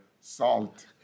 salt